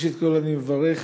ראשית, אני מברך